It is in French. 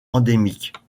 endémiques